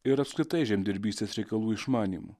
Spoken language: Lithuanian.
ir apskritai žemdirbystės reikalų išmanymu